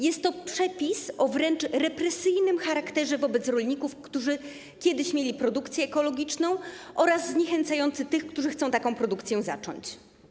Jest to przepis o wręcz represyjnym charakterze wobec rolników, którzy kiedyś mieli produkcję ekologiczną, oraz zniechęcający tych, którzy chcą taką produkcję zacząć.